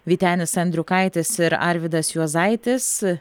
vytenis andriukaitis ir arvydas juozaitis